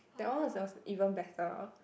that one was was even better